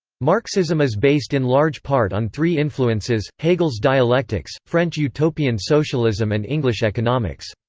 marxism is based in large part on three influences hegel's dialectics, french utopian socialism and english economics.